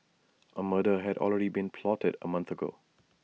A murder had already been plotted A month ago